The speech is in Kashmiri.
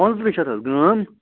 پانٛژھ تٕرٛہ شَتھ حظ گرٛام